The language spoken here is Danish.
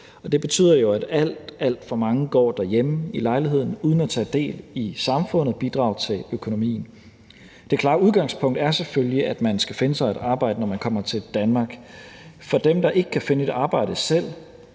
Det betyder jo, at alt, alt for mange går derhjemme i lejligheden uden at tage del i samfundet og bidrage til økonomien. Det klare udgangspunkt er selvfølgelig, at man skal finde sig et arbejde, når man kommer til Danmark. For dem, der ikke kan finde et arbejde selv,